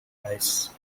highs